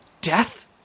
death